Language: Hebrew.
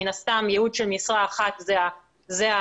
מן הסתם ייעוד של משרה אחת זה המינימום.